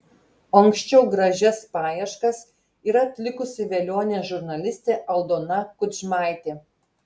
o anksčiau gražias paieškas yra atlikusi velionė žurnalistė aldona kudžmaitė